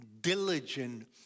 diligent